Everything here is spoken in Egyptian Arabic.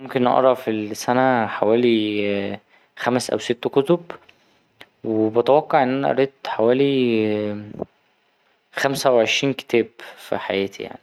ممكن أقرا في السنة حوالي خمس أو ست كتب وبتوقع إن أنا قريت حوالي خمسة وعشرين كتاب في حياتي يعني.